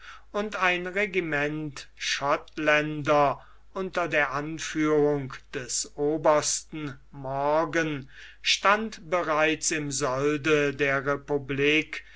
und ein regiment schottländer unter der anführung des obersten morgan stand bereits im solde der republik